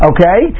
Okay